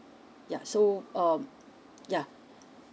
ya so um ya